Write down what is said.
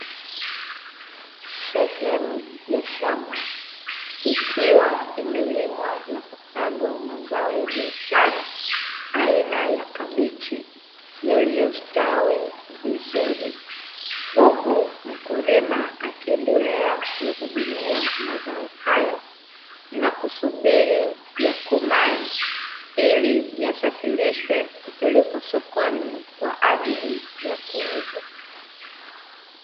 Sehemu ya shamba, ikiwa imelimwa na kupandwa mazao ya biashara aina ya kabichi, yaliyostawi vizuri, huku mkulima akiendelea kuhudumia mazao hayo na kusubiri yakomae ili yasafirishwe kupelekwa sokoni kwa ajili ya kuuzwa.